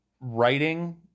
writing